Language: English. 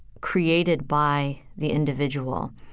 created by the individual.